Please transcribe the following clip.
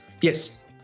Yes